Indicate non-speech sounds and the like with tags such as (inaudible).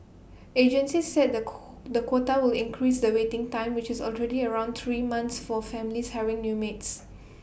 agencies said the (noise) the quota will increase the waiting time which is already around three months for families hiring new maids